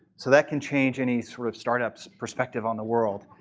so that can change any sort of start up's perspective on the world.